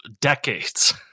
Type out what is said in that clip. Decades